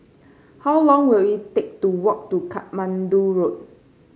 how long will it take to walk to Katmandu Road